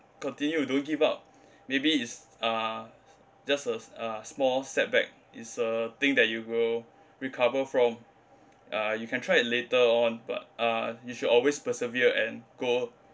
continue don't give up maybe is uh just a s~ uh small setback is a thing that you will recover from uh you can try it later on but uh you should always persevere and go